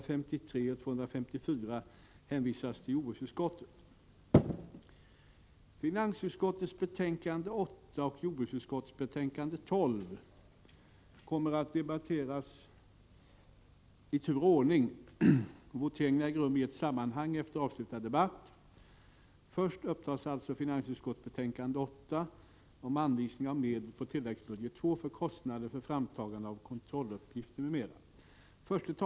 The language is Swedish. Finansutskottets betänkande 8 och jordbruksutskottets betänkande 12 kommer att debatteras i tur och ordning. Voteringarna äger rum i ett sammanhang efter avslutad debatt. Först upptas alltså finansutskottets betänkande 8 om anvisning av medel på tilläggsbudget II för kostnader för framtagande av kontrolluppgifter m.m.